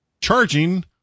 charging